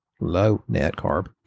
low-net-carb